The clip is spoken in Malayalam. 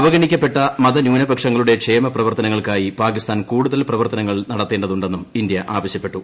അവഗണിക്കപ്പെട്ട മതന്യൂനപക്ഷങ്ങളുടെ ക്ഷേമപ്രവർത്തനങ്ങൾക്കായി പാകിസ്ഥാൻ കൂടുതൽ പ്രവർത്തനങ്ങൾ നടത്തേണ്ടതുണ്ടെന്നും ഇന്ത്യ ആവശ്യപ്പെട്ടു